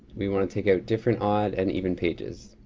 we want to take a different odd and even pages,